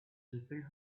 refilled